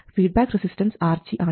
feedback resistance RG ആണ്